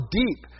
deep